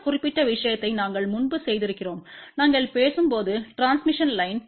இந்த குறிப்பிட்ட விஷயத்தை நாங்கள் முன்பு செய்திருக்கிறோம் நாங்கள் பேசும்போது டிரான்ஸ்மிஷன் லைன்